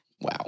wow